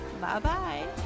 Bye-bye